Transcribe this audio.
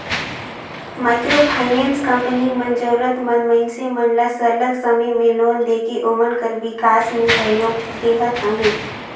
micro finance company मन जरूरत मंद मइनसे मन ल सरलग समे में लोन देके ओमन कर बिकास में सहयोग देहत अहे